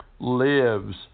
lives